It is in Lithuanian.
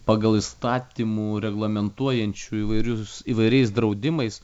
pagal įstatymų reglamentuojančių įvairius įvairiais draudimais